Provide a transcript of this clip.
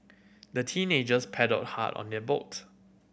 the teenagers paddled hard on their boat